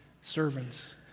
servants